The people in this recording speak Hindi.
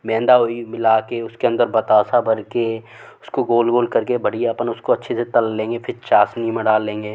मैदा हुई मिला के उसके अंदर बतासा भर के उसको गोल गोल कर के बढ़िया अपन उसको अच्छे से तल लेंगे फिर चासनी में डाल लेंगे